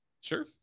Sure